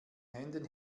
händen